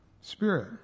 Spirit